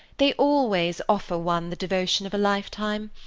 they always offer one the devotion of a lifetime.